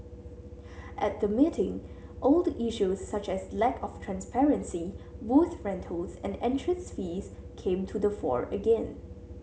at the meeting old issues such as lack of transparency booth rentals and entrance fees came to the fore again